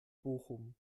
bochum